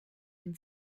dem